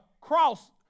cross